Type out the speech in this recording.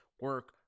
Work